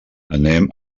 anem